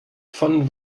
von